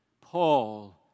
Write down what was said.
Paul